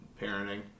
parenting